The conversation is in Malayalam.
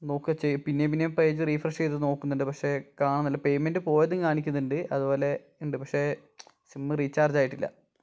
നോക്കുവാണ് ചെയ്യ് പിന്നേയും പിന്നേയും പേജ് റിഫ്രഷ് ചെയ്ത് നോക്കുന്നുണ്ട് പക്ഷെ കാണുന്നില്ല പേയ്മെൻറ്റ് പോയതും കാണിക്കുന്നുണ്ട് അതുപോലെ ഉണ്ട് പക്ഷെ സിം റീചാർജ് ആയിട്ടില്ല